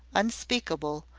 unspeakable,